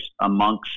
amongst